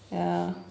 ya